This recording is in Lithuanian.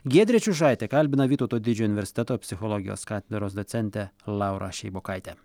giedrė čiužaitė kalbina vytauto didžiojo universiteto psichologijos katedros docentę laurą šeibokaitę